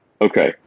Okay